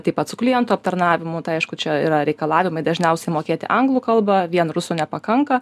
taip pat su klientų aptarnavimu tai aišku čia yra reikalavimai dažniausiai mokėti anglų kalbą vien rusų nepakanka